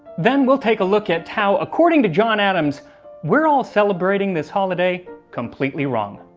then we'll take a look at how according to john adams we're all celebrating this holiday completely wrong,